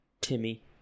Timmy